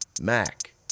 Mac